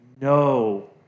no